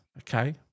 okay